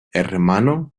hermano